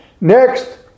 Next